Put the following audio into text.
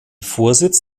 vorsitz